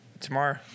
tomorrow